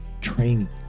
training